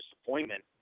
disappointment